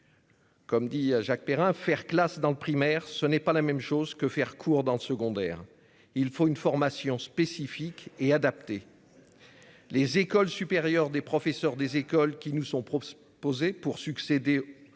Comme dit Jacques Perrin faire classe dans le primaire, ce n'est pas la même chose que faire cours dans le secondaire. Il faut une formation spécifique et adapté. Les écoles supérieures des professeurs des écoles qui nous sont propres poser pour succéder aux